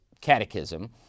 catechism